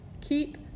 keep